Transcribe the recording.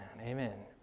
amen